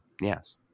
Yes